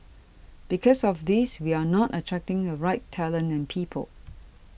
because of this we are not attracting the right talent and people